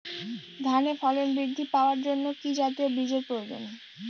ধানে ফলন বৃদ্ধি পাওয়ার জন্য কি জাতীয় বীজের প্রয়োজন?